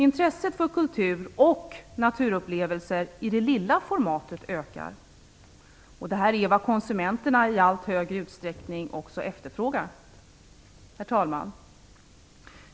Intresset för kultur och naturupplevelser i det lilla formatet ökar. Det är vad konsumenterna i allt högre utsträckning också efterfrågar. Herr talman!